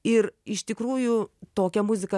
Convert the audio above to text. ir iš tikrųjų tokią muziką